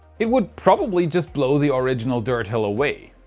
it would probably just blow the original dirt hill away.